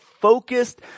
focused